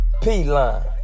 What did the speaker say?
P-Line